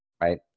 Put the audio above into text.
Right